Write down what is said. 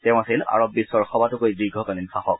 তেওঁ আছিল আৰব বিধৰ সবাতোকৈ দীৰ্ঘকালীন শাসক